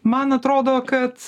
man atrodo kad